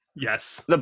Yes